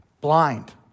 Blind